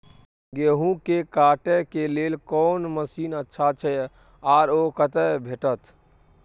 गेहूं के काटे के लेल कोन मसीन अच्छा छै आर ओ कतय भेटत?